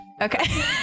Okay